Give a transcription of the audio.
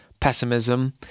pessimism